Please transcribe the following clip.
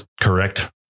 correct